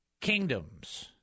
kingdoms